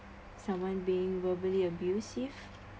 someone being verbally abusive